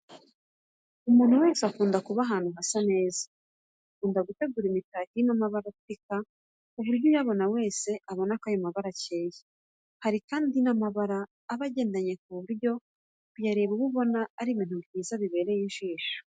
Umuntu wese ukunda kuba ahantu hasa neza akunda gutegura imitako irimo amabara apika ku buryo uyabona wese abonako ayo mabara akeye. Hari kandi n'amabara aba agendanye ku buryo mu kuyareba uba ubona ari ibintu byiza biryoheye ijisho.